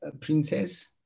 Princess